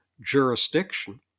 jurisdiction